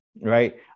right